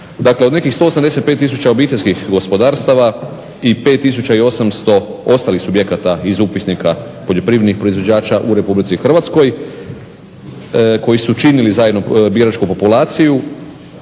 Dakle, od nekih 185000 obiteljskih gospodarstava i 5800 ostalih subjekata iz Upisnika poljoprivrednih proizvođača u Republici Hrvatskoj koji su činili biračku populaciju